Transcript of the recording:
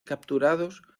capturados